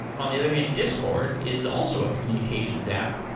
on the other hand, discord, is also a communications app.